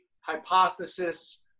hypothesis